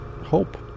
hope